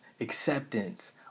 acceptance